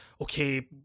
okay